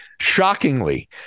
Shockingly